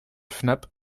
fnap